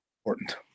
important